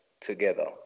together